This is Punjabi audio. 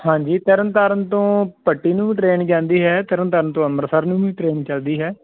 ਹਾਂਜੀ ਤਰਨ ਤਾਰਨ ਤੋਂ ਭੱਟੀ ਨੂੰ ਵੀ ਟਰੇਨ ਜਾਂਦੀ ਹੈ ਤਰਨ ਤਾਰਨ ਤੋਂ ਅੰਮ੍ਰਿਤਸਰ ਨੂੰ ਵੀ ਟਰੇਨ ਚੱਲਦੀ ਹੈ